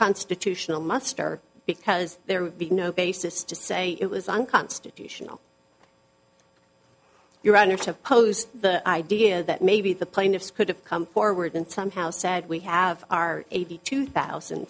constitutional muster because there would be no basis to say it was on constitute your honor to pose the idea that maybe the plaintiffs could have come forward and somehow said we have our eighty two thousand